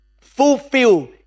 fulfill